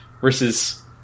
Versus